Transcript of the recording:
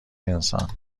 انسان